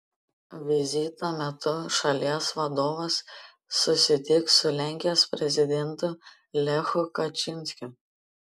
vizito metu šalies vadovas susitiks su lenkijos prezidentu lechu kačynskiu